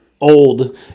old